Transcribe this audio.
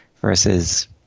versus